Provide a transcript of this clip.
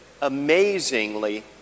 amazingly